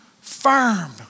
firm